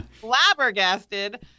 flabbergasted